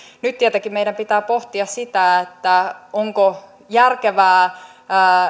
nyt tietenkin meidän pitää pohtia sitä sitä onko järkevää